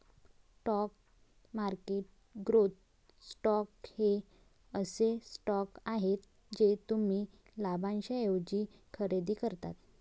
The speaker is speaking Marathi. स्टॉक मार्केट ग्रोथ स्टॉक्स हे असे स्टॉक्स आहेत जे तुम्ही लाभांशाऐवजी खरेदी करता